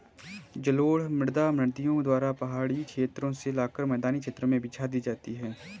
जलोढ़ मृदा नदियों द्वारा पहाड़ी क्षेत्रो से लाकर मैदानी क्षेत्र में बिछा दी गयी है